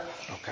Okay